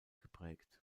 geprägt